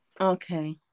Okay